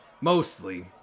mostly